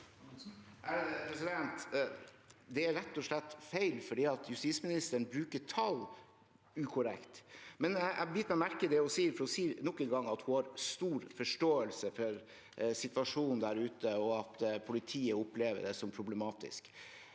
Det er rett og slett feil, for justisministeren bruker tall ukorrekt. Jeg biter meg merke i det hun sier, for hun sier nok en gang at hun har stor forståelse for situasjonen der ute, og at politiet opplever det som problematisk.